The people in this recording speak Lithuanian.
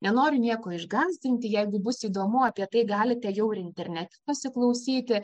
nenoriu nieko išgąsdinti jeigu bus įdomu apie tai galite jau internete pasiklausyti